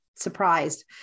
surprised